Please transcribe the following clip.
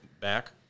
back